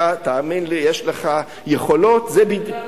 אתה, תאמין לי, יש לך יכולות, זה בדיוק,